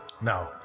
No